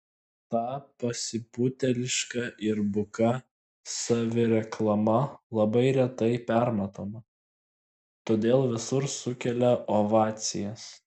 ta pasipūtėliška ir buka savireklama labai retai permatoma todėl visur sukelia ovacijas